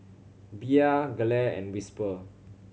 Bia Gelare and Whisper